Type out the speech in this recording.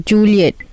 Juliet